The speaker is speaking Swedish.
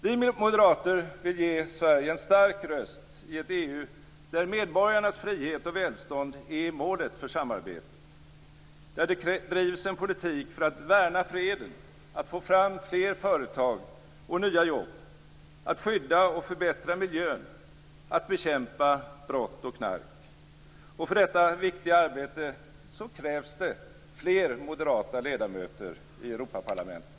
Vi moderater vill ge Sverige en stark röst i ett EU där medborgarnas frihet och välstånd är målet för samarbetet, där det drivs en politik för att värna freden, för att få fram fler företag och nya jobb, för att skydda och förbättra miljön och för att bekämpa brott och knark. För detta viktiga arbete krävs det fler moderata ledamöter i Europaparlamentet.